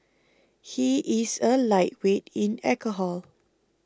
he is a lightweight in alcohol